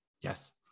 Yes